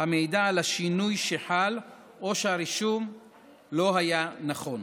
המעידה על השינוי שחל או שהרישום לא היה נכון.